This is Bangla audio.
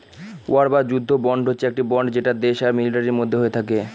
ওয়ার বা যুদ্ধ বন্ড হচ্ছে একটি বন্ড যেটা দেশ আর মিলিটারির মধ্যে হয়ে থাকে